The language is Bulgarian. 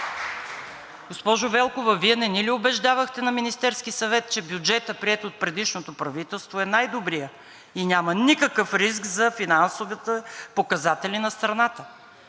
Госпожо Велкова, Вие не ни ли убеждавахте на Министерски съвет, че бюджетът, приет от предишното, е най-добрият и няма никакъв риск за финансовите показатели на страната?!